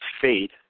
fade